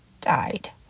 died